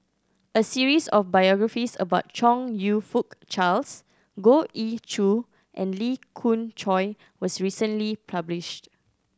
a series of biographies about Chong You Fook Charles Goh Ee Choo and Lee Khoon Choy was recently published